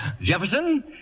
Jefferson